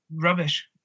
rubbish